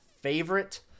favorite